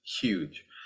huge